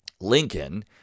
Lincoln